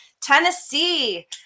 Tennessee